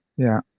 yeah.